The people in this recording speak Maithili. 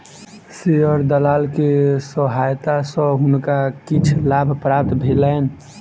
शेयर दलाल के सहायता सॅ हुनका किछ लाभ प्राप्त भेलैन